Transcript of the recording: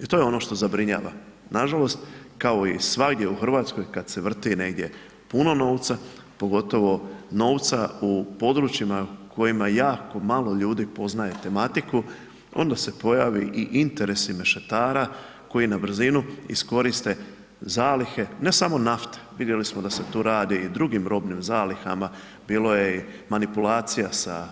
I to je ono što zabrinjava, nažalost, kao i svagdje u Hrvatskoj kada se vrti negdje puno novca, pogotovo novca u područjima u kojima jako malo ljudi poznaje tematiku, onda se pojave i interesi mešetara koji na brzinu iskoriste zalihe, ne samo nafte, vidjeli smo da se tu radi i o drugim robnim zalihama, bilo je manipulacija sa